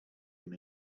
him